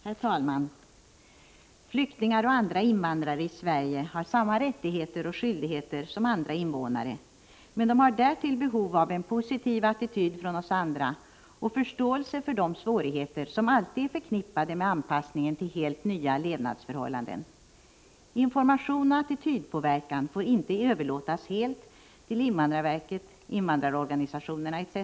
Herr talman! Flyktingar och andra invandrare i Sverige har samma rättigheter och skyldigheter som andra invånare, men de har därtill behov av en positiv attityd från oss andra och förståelse för de svårigheter som alltid är förknippade med anpassningen till helt nya levnadsförhållanden. Information och attitydpåverkan får inte överlåtas helt till invandrarverket, invandrarorganisationer etc.